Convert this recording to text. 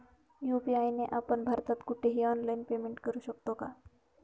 UPI ने आपण भारतात कुठेही ऑनलाईन पेमेंट करु शकतो का?